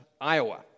Iowa